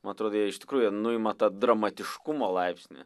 man atrodo jie iš tikrųjų jie nuima tą dramatiškumo laipsnį